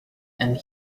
and